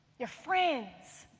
your friends?